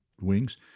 wings